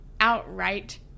outright